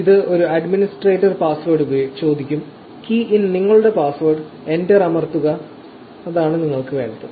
ഇത് ഒരു administrator password ചോദിക്കും നിങ്ങളുടെ പാസ്വേഡ് ടൈപ് ചെയ്യുക എന്റർ അമർത്തുക അതാണ് നിങ്ങൾക്ക് വേണ്ടത്